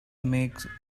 make